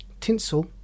Tinsel